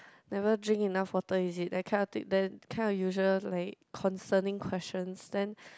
never drink enough water is it that kind of the kind of usual like concerning questions then